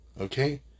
okay